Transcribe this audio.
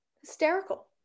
hysterical